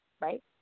Right